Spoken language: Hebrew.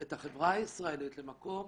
את החברה הישראלית למקום